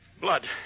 Blood